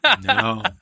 No